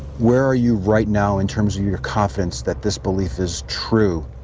where are you right now in terms of your confidence that this belief is true?